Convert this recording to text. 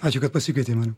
ačiū kad pasikvietei mane